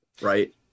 right